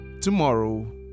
tomorrow